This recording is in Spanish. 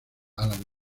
alan